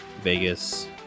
vegas